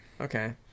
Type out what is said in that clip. okay